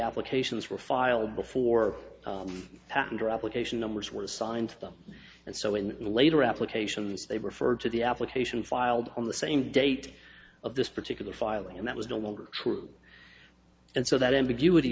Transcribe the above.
applications were filed before patent application numbers were assigned to them and so in the later applications they referred to the application filed on the same date of this particular filing and that was no longer true and so that ambiguity